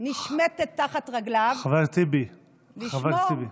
נשמטת תחת רגליו, חבר הכנסת טיבי, חבר הכנסת טיבי.